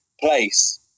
place